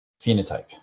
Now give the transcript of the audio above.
phenotype